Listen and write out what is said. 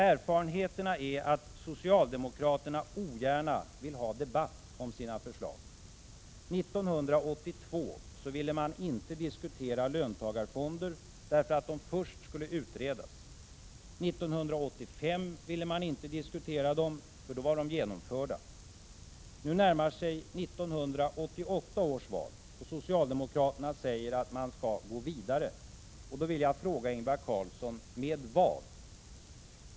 Erfarenheterna är att socialdemokraterna ogärna vill ha debatt om sina förslag. 1982 ville man inte diskutera löntagarfonder därför att de först skulle utredas. 1985 ville man inte diskutera dem för då var de genomförda. Nu närmar sig 1988 års val och socialdemokraterna säger att man skall gå vidare. Jag vill fråga Ingvar Carlsson: med vad?